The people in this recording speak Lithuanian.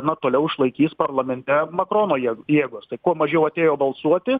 na toliau išlaikys parlamente makrono jė jėgos kuo mažiau atėjo balsuoti